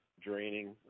draining